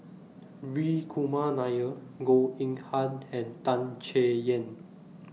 Hri Kumar Nair Goh Eng Han and Tan Chay Yan